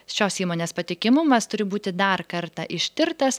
šios įmonės patikimumas turi būti dar kartą ištirtas